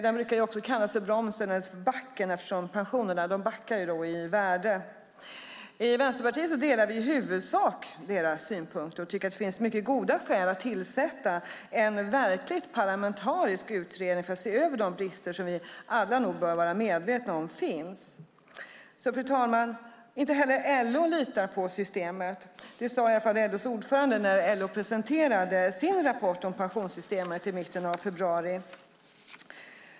Den brukar också kallas "bromsen" eller "backen" eftersom pensionerna backar i värde. I Vänsterpartiet delar vi i huvudsak dessa synpunkter och tycker att det finns mycket goda skäl att tillsätta en verkligt parlamentarisk utredning för att se över de brister vi alla nog bör vara medvetna om finns. Fru talman! Inte heller LO litar på systemet. Det sade i alla fall LO:s ordförande när LO presenterade sin rapport om pensionssystemet i mitten av februari.